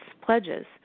pledges